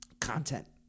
content